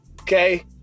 Okay